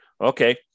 Okay